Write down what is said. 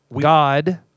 God